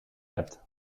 hebt